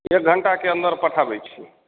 एक घण्टाके ने अन्दर पठाबै छी